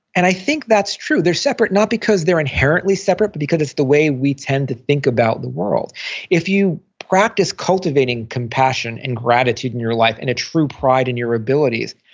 and i think that's true. they're separate not because they're inherently separate, but because it's the way we tend to think about the world if you practice cultivating compassion and gratitude in your life and a true pride in your abilities,